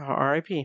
RIP